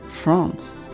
France